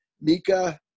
Mika